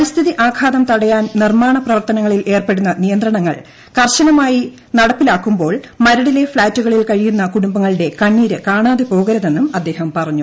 പരിസ്ഥിതി ആഘാതം തടയാൻ നിർമ്മാണ പ്രവർത്തനങ്ങളിൽ ഏർപ്പെടുത്തുന്ന നിയന്ത്രണങ്ങൾ കർശനമായി നടപ്പിലാക്കുമ്പോൾ മരടിലെ ഫ്ളാറ്റുകളിൽ കഴിയുന്ന കുടുംബങ്ങളുടെ കണ്ണീര് കാണാതെ പോകരുതെന്നും അദ്ദേഹം പറഞ്ഞു